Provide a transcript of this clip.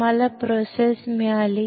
तुम्हाला प्रोसेस मिळाली